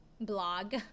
blog